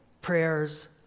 prayers